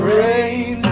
rain